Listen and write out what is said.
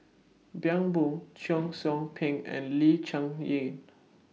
Bani Buang Cheong Soo Pieng and Lee Cheng Yan